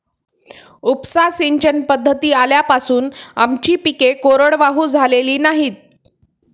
उपसा सिंचन पद्धती आल्यापासून आमची पिके कोरडवाहू झालेली नाहीत